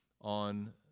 on